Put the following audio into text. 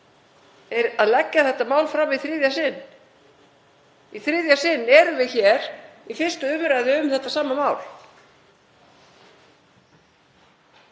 er að leggja þetta mál fram í þriðja sinn. Í þriðja sinn erum við hér í 1. umr. um þetta sama mál